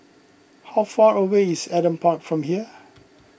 how far away is Adam Park from here